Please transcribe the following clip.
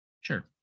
sure